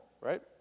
right